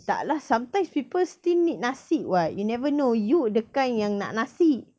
tak lah sometimes people still need nasi [what] you never know you the kind yang nak nasi